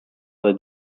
their